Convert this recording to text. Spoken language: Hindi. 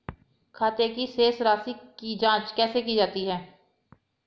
खाते की शेष राशी की जांच कैसे की जाती है?